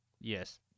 Yes